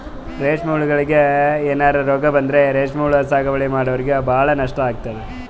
ರೇಶ್ಮಿ ಹುಳಗೋಳಿಗ್ ಏನರೆ ರೋಗ್ ಬಂದ್ರ ರೇಶ್ಮಿ ಹುಳ ಸಾಗುವಳಿ ಮಾಡೋರಿಗ ಭಾಳ್ ನಷ್ಟ್ ಆತದ್